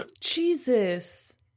Jesus